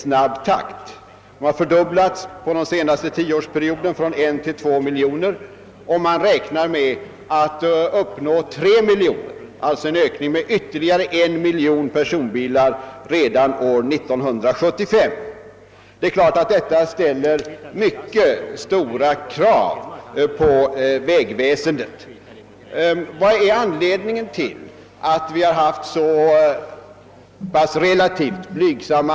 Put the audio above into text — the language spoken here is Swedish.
Under den senaste tioårsperioden har bilantalet fördubblats från 1 till 2 miljoner, och antalet beräknas redan år 1975 vara uppe i 3 miljoner, alltså en ytterligare ökning med 1 miljon personbilar. Detta ställer naturligtvis mycket stora krav på vägväsendet. Vad är då anledningen till att anslagen till vägväsendet har varit så relativt blygsamma?